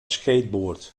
skateboard